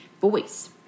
voice